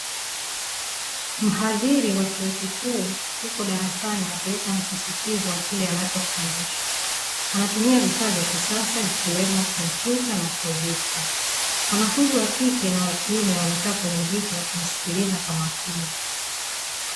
Mhadhili wa chuo kikuu yuko darasani akiweka msisitizo wa kile anachofundisha, anatumia vifaa vya kisasa ikiwemo kompyuta na projekta, wanafunzi wakike na wakiume wamekaa kwenye viti wakimsikiliza kwa makini.